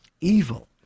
evil